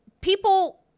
people